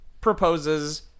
proposes